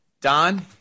Don